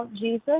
Jesus